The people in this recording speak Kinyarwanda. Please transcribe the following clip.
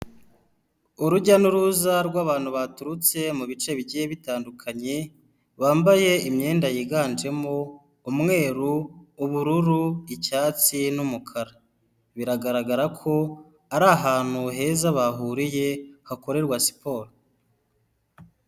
Urujya n'uruza rw'abantu baturutse mu bice bigiye bitandukanye bambaye imyenda yiganjemo umweru, ubururu, icyatsi, n'umukara biragaragara ko ari ahantu heza bahuriye hakorerwa siporo.